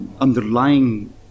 underlying